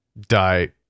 die